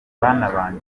mbahaye